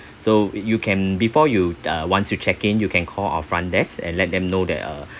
so you can before you uh once you check-in you can call our front desk and let them know that uh